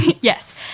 Yes